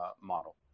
model